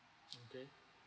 okay